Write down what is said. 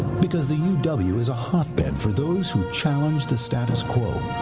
because the uw and the uw is a hotbed for those who challenge the status quo